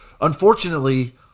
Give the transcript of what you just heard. unfortunately